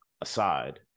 aside